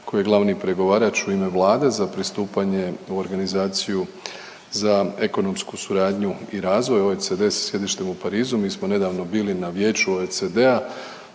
koji je glavni pregovarač u ime Vlade za pristupanje u organizaciju za ekonomsku suradnju i razvoj OECD sa sjedištem u Parizu. Mi smo nedavno bili na Vijeću OECD-a